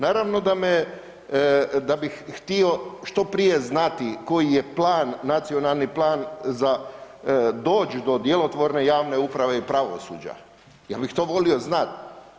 Naravno da bih htio što prije znati koji je plan nacionalni plan za doć do djelotvorne javne uprave i pravosuđa, ja bih to volio znati.